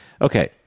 Okay